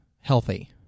healthy